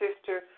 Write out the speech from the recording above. sister